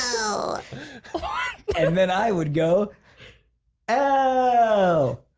so ah and and then i would go oh